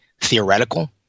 theoretical